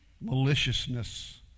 maliciousness